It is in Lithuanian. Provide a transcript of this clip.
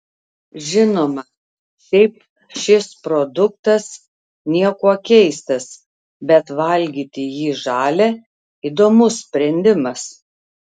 žinoma šiaip šis produktas niekuo keistas bet valgyti jį žalią įdomus sprendimas